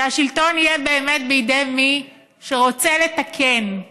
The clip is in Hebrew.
שהשלטון יהיה באמת בידי מי שרוצה לתקן.